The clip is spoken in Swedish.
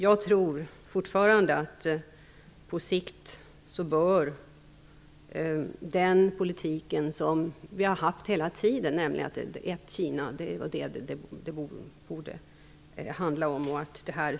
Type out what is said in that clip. Jag tror fortfarande på den politik som vi haft hela tiden, nämligen "ett-Kina-politiken". Det borde det handla om även på sikt.